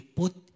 put